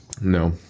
no